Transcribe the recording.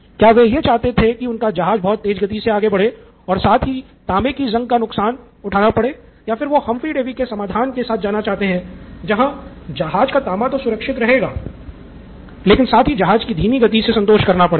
क्या वे यह चाहते है कि उनका जहाज बहुत तेज गति से आगे बढ़े और साथ ही तांबे की ज़ंग का नुकसान उठाना पड़े या फिर वो हम्फ्री डेवी के समाधान के साथ जाना चाहते है जहां जहाज का तांबा तो सुरक्षित रहेगा लेकिन साथ ही जहाज कि धीमी गति से संतोष करना पड़ेगा